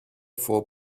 for